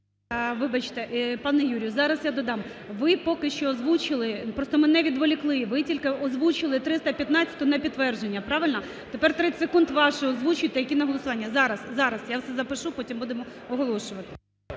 пане Юрію зараз я додам, ви поки що озвучили, просто мене відволікли, ви тільки озвучили 315-у на підтвердження, правильно? Тепер, 30 секунд ваші, озвучуйте, які на голосування. Зараз, зараз, я запишу потім будемо оголошувати.